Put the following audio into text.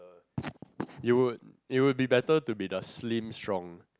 you would you would be better to be the slim strong